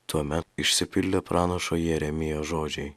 tuomet išsipildė pranašo jeremijo žodžiai